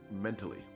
mentally